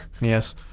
Yes